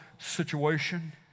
situation